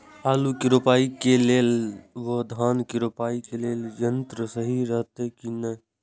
आलु के रोपाई के लेल व धान के रोपाई के लेल यन्त्र सहि रहैत कि ना?